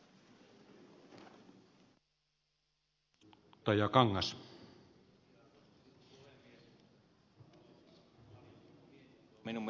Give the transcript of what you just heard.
arvoisa puhemies